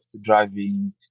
driving